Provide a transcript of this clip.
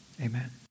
amen